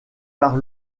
par